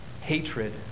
Hatred